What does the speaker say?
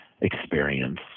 experience